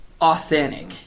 authentic